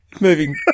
Moving